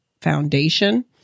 foundation